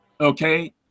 okay